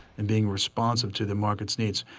in being responsive to the market's needs.